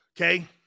Okay